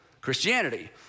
Christianity